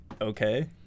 okay